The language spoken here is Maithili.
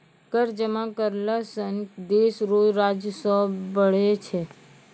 कर जमा करला सं देस रो राजस्व बढ़ै छै